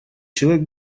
человек